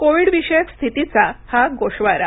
कोविडविषयक स्थितीचा हा गोषवारा